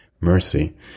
mercy